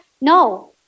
No